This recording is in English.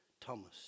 Thomas